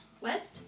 West